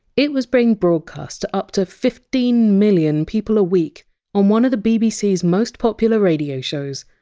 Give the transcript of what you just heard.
it was being broadcast to up to fifteen million people a week on one the bbc! s most popular radio shows,